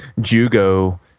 jugo